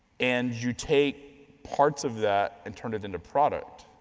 and you take parts of that and turn it into product.